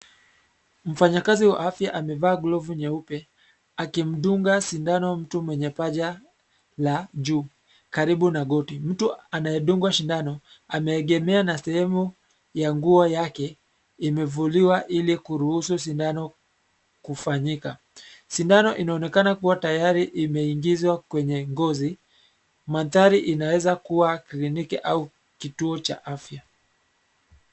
Mfanyakazi wa afya amevaa glavu nyeupe, akimdunga sindano mtu mwenye paja, la juu, karibu na goti, mtu anayedungwa sindano, ameegemea na sehemu ya nguo yake, imevuliwa ilikuruhusu sindano, kufanyika, sindano inaonekana kuwa tayari imeingizwa kwenye ngozi, mandhari inaweza kuwa kliniki au, kituo cha afya.